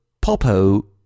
Popo